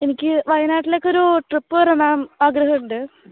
എനിക്ക് വയനാട്ടിലേക്കൊരു ട്രിപ്പ് വരണം ആഗ്രഹമുണ്ട്